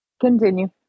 continue